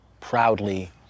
proudly